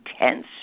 intense